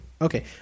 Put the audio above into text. Okay